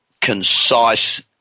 concise